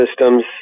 systems